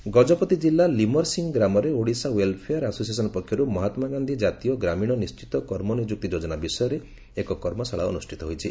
କର୍ମଶାଳା ଗଜପତି କିଲ୍କୁ ଲିମରସିଂ ଗ୍ରାମରେ ଓଡ଼ିଶା ଓ୍ୱେଲଫେୟାର ଆସୋସିଏସନ ପକ୍ଷର୍ ମହାମାଗାକ୍ଷୀ ଜାତୀୟ ଗ୍ରାମୀଣ ନିଶିତ କର୍ମନିଯୁକ୍ତି ଯୋଜନା ବିଷୟରେ ଏକ କର୍ମଶାଳା ଅନୁଷ୍ଷିତ ହୋଇଛି